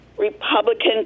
Republican